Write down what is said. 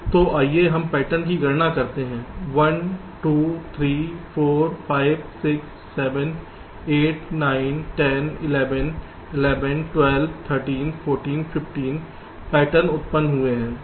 तो आइए हम पैटर्न की गणना करते हैं 1 2 3 4 5 6 7 8 9 10 11 11 12 13 14 15 पैटर्न उत्पन्न हुए हैं